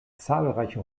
zahlreiche